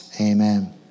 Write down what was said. Amen